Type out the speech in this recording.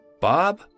Bob